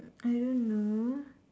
I don't know